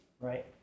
right